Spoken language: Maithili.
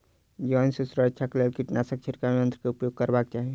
जीवाणु सॅ सुरक्षाक लेल कीटनाशक छिड़काव यन्त्र के उपयोग करबाक चाही